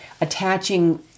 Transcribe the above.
attaching